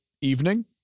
evening